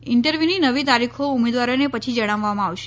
ઇન્ટરવ્યૂની નવી તારીખો ઉમેદવારોને પછી જણાવવામાં આવશે